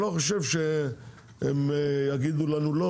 אני לא חושב שהם יגידו לנו לא,